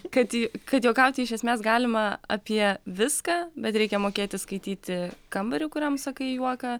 kad ji kad juokauti iš esmės galima apie viską bet reikia mokėti skaityti kambarį kuriam sakai juoką